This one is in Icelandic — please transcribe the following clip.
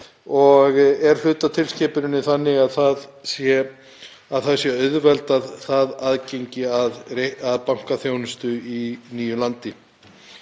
Það er hluti af tilskipuninni þannig að það auðveldar aðgengi að bankaþjónustu í nýju landi.